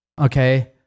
okay